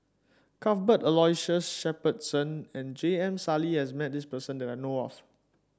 Cuthbert Aloysius Shepherdson and J M Sali has met this person that I know of